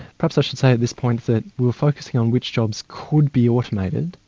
perhaps i should say at this point that we were focusing on which jobs could be automated.